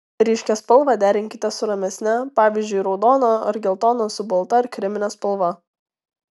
ryškią spalvą derinkite su ramesne pavyzdžiui raudoną ar geltoną su balta ar kremine spalva